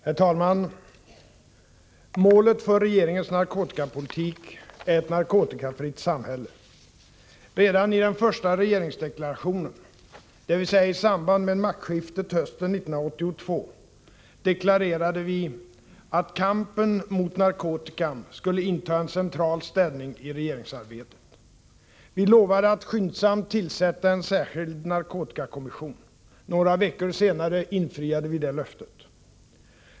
Herr talman! Målet för regeringens narkotikapolitik är ett narkotikafritt samhälle. Redan i den första regeringsdeklarationen — dvs. i samband med maktskiftet hösten 1982 — deklarerade vi att kampen mot narkotikan skulle inta en central ställning i regeringsarbetet. Vi lovade att skyndsamt tillsätta en särskild narkotikakommission. Några veckor senare infriade vi det löftet.